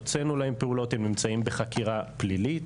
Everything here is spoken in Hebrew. הוצאנו להם פעולות, הם נמצאים בחקירה פלילית.